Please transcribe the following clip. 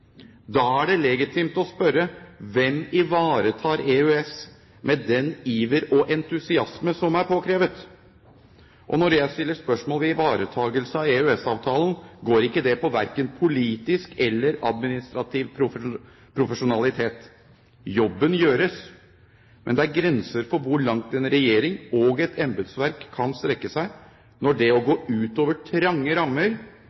Da er det legitimt å spørre: Hvem ivaretar EØS med den iver og entusiasme som er påkrevet? Og når jeg stiller spørsmål ved ivaretakelse av EØS-avtalen, går ikke det på verken politisk eller administrativ profesjonalitet. Jobben gjøres, men det er grenser for hvor langt en regjering og et embetsverk kan strekke seg, når det å gå utover trange rammer